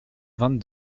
vingt